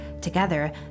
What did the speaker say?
Together